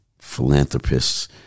philanthropists